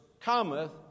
cometh